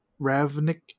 Ravnik